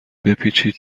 بپیچید